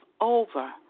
over